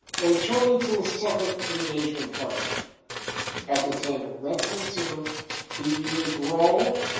in turning to the second engagement partner at the table let's consider the unique role,